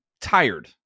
tired